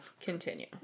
continue